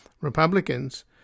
Republicans